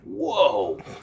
Whoa